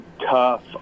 tough